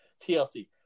TLC